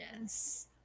Yes